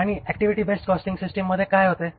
आणि activity based costing system मध्ये काय होते